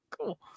Cool